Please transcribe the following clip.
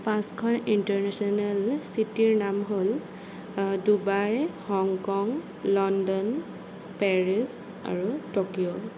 পাঁচখন ইণ্টাৰনেশ্যনেল চিটীৰ নাম হ'ল Dubai Hong Kong London Paris আৰু টকিঅ'